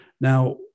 Now